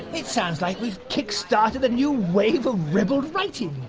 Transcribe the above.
it sounds like we've kick-started a new wave of ribald writing!